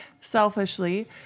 selfishly